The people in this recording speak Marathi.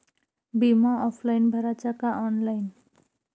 बिमा ऑफलाईन भराचा का ऑनलाईन?